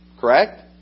correct